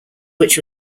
which